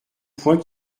points